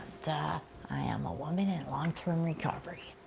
ah i am a woman in long term recovery.